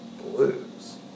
Blues